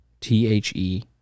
T-H-E